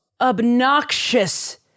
obnoxious